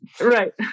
right